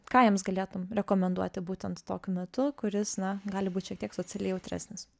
ką jiems galėtum rekomenduoti būtent tokiu metu kuris na gali būt šiek tiek socialiai jautresnis